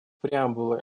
преамбулы